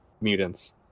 mutants